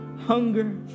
hunger